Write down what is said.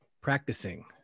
practicing